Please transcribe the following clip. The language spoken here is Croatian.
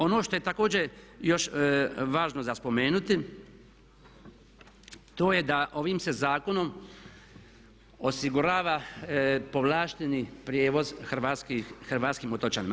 Ono što je također još važno za spomenuti, to je da ovim se zakonom osigurava povlašteni prijevoz hrvatskim otočanima.